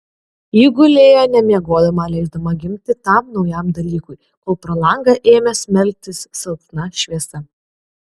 ji gulėjo nemiegodama leisdama gimti tam naujam dalykui kol pro langą ėmė smelktis silpna šviesa